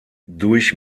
durch